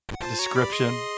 description